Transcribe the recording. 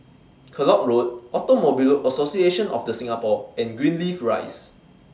Kellock Road Automobile Association of The Singapore and Greenleaf Rise